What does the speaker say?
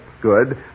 good